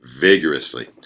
vigorously